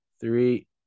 Three